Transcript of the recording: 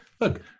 Look